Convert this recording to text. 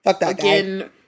again